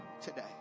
today